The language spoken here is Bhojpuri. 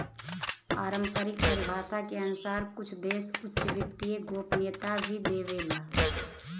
पारम्परिक परिभाषा के अनुसार कुछ देश उच्च वित्तीय गोपनीयता भी देवेला